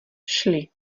šli